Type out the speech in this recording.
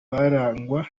barangwa